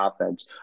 offense